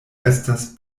estas